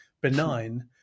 benign